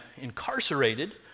incarcerated